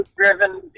driven